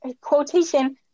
quotation